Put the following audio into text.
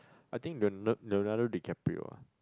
I think Leo~ Leo~ Leonardo-DiCaprio ah